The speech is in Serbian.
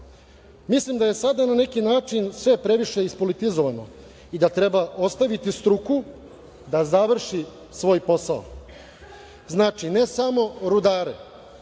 Mislim da je sada na neki način sve previše ispolitizovano i da treba ostaviti struku da završi svoj posao. Znači, ne samo rudare,